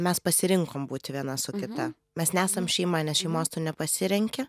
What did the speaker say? mes pasirinkom būti viena su kita mes nesam šeima nes šeimos tu nepasirenki